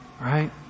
Right